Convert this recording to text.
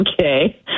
Okay